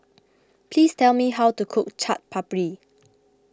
please tell me how to cook Chaat Papri